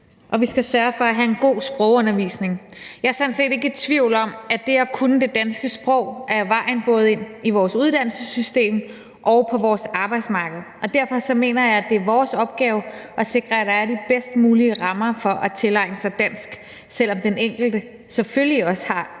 vi skal sørge for at have en god sprogundervisning. Jeg er sådan set ikke i tvivl om, at det at kunne det danske sprog er vejen ind både i vores uddannelsessystem og på vores arbejdsmarked. Derfor mener jeg, det er vores opgave at sikre, at der er de bedst mulige rammer for at tilegne sig dansk, selv om den enkelte selvfølgelig også har et ansvar.